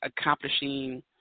accomplishing